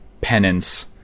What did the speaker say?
penance